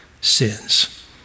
sins